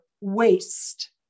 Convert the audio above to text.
waste